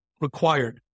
required